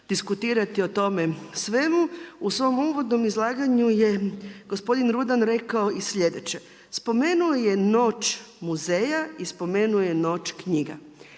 diskutirati o tome svemu. U svome uvodnom izlaganju je gospodin Rudan rekao i slijedeće. Spomenuo je i Noć muzeja i spomenuo je Noć knjiga.